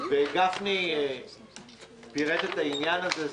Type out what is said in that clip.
גפני פירט את העניין הזה.